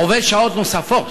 עובד שעות נוספות,